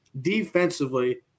defensively